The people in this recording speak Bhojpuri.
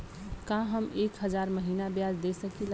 का हम एक हज़ार महीना ब्याज दे सकील?